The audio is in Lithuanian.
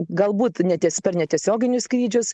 galbūt ne ties per netiesioginius skrydžius